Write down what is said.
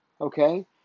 okay